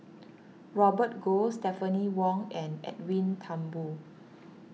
Robert Goh Stephanie Wong and Edwin Thumboo